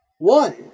One